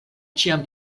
ĉiam